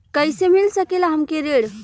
कइसे मिल सकेला हमके ऋण?